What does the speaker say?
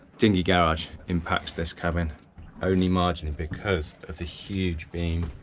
dinghy garage impacts this cabin only marginally because of the huge beam,